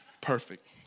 Perfect